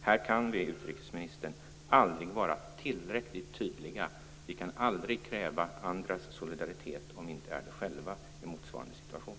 Här kan vi, utrikesministern, aldrig vara tillräckligt tydliga. Vi kan aldrig kräva andras solidaritet om vi inte själva är solidariska i motsvarande situation.